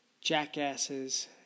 jackasses